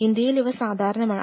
ഇന്ത്യയിൽ ഇവ സാധാരണമാണ്